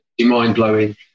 mind-blowing